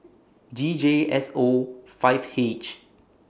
G J S O five H